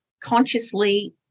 consciously